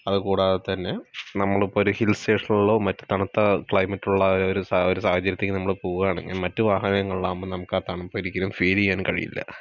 അതുകൂടാതെ തന്നെ നമ്മളിപ്പോൾ ഒരു ഹിൽ സ്റ്റേഷനുകളിലോ മറ്റു തണുത്ത ക്ലൈമറ്റ് ഉള്ള ഒരു സാഹചര്യത്തിലേക്ക് നമ്മൾ പോവുകയാണെങ്കിൽ മറ്റു വാഹനങ്ങളിലാവുമ്പോൾ നമുക്കാ തണുപ്പ് ഒരിക്കലും ഫീൽ ചെയ്യാൻ കഴിയില്ല